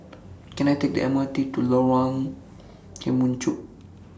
Can I Take The M R T to Lorong Kemunchup